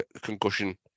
concussion